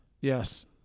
Yes